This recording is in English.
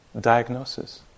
diagnosis